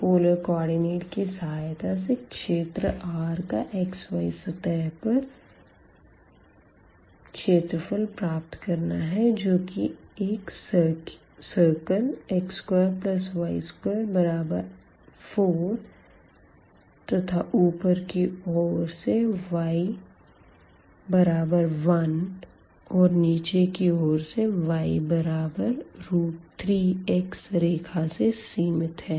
polar coordinate की सहायता से क्षेत्र R का xy प्लेन पर क्षेत्रफल प्राप्त करना है जो की एक सर्कल x2y24 तथा ऊपर की ओर से y1 और नीचे की ओर से y3x रेखा से सीमित है